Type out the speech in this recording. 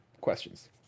questions